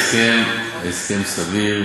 ההסכם הוא הסכם סביר,